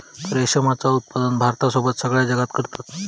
रेशमाचा उत्पादन भारतासोबत सगळ्या जगात करतत